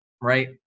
Right